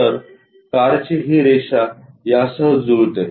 तर कारची ही रेषा यासह जुळते